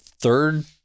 third